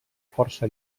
força